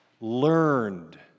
learned